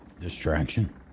Distraction